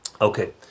Okay